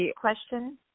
question